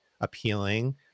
appealing